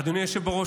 אדוני היושב-ראש,